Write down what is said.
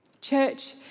Church